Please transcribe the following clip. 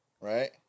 Right